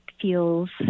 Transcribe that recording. feels